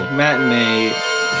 matinee